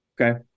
Okay